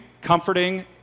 comforting